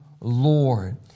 Lord